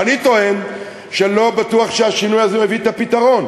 אבל אני טוען שלא בטוח שהשינוי הזה מביא את הפתרון,